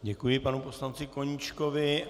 Děkuji panu poslanci Koníčkovi.